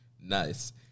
Nice